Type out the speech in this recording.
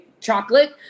chocolate